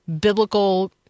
biblical